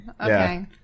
Okay